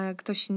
ktoś